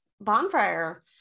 bonfire